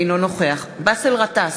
אינו נוכח באסל גטאס,